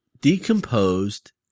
decomposed